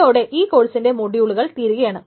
ഇതോടെ ഈ ഒരു കോഴ്സിന്റെ മൊഡ്യൂളുകൾ തീരുകയാണ്